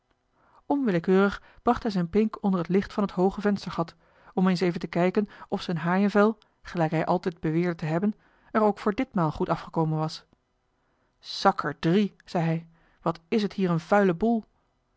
onwillekeurig bracht hij zijn pink onder het licht van het hooge venstergat om eens even te kijken of z'n haaienvel gelijk hij altijd beweerde te hebben er ook voor ditmaal goed afgekomen was sakkerdrie zei hij wat is het hier een vuile boel